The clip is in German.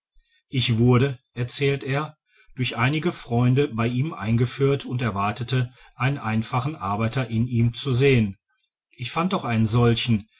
ich wurde erzählte er durch einige freunde bei ihm eingeführt und erwartete einen einfachen arbeiter in ihm zu sehen ich fand auch einen solchen